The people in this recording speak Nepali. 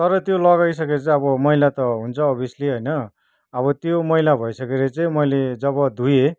तर त्यो लगाइसकेपछि अब मैला त हुन्छ अभियसली होइन अब त्यो मैला भइसकेर चाहिँ मैले जब धुएँ